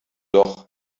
doch